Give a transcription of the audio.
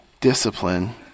discipline